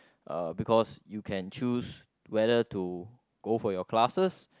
uh because you can choose whether to go for your classes